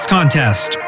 Contest